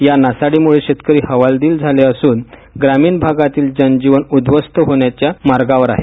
या नासाडीमुळे शेतकरी हवालदिल झाले असून ग्रामीण भागातील जनजीवन उध्वस्त होण्याची स्थिती आहे